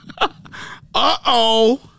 Uh-oh